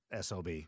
SOB